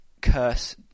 curse